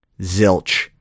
zilch